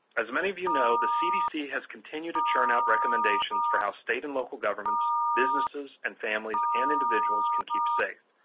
as many of you know, the cdc has continued to churn out recommendations for how state and local governments, businesses, and families, and individuals can keep safe.